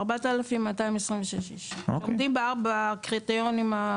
4,226 שעומדים בקריטריונים.